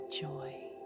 joy